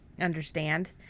understand